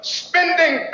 spending